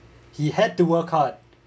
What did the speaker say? he had to work hard